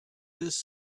this